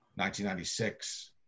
1996